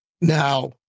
Now